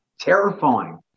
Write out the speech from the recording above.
terrifying